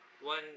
One